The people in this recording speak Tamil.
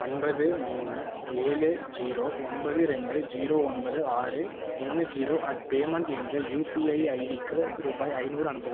ஒன்பது மூணு ஏழு ஜீரோ ஒன்பது ரெண்டு ஜீரோ ஒன்பது ஆறு மூணு ஜீரோ அட் பேமண்ட் என்ற யுபிஐ ஐடிக்கு ரூபாய் ஐநூறு அனுப்பவும்